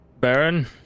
Baron